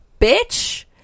bitch